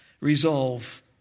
resolve